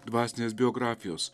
dvasinės biografijos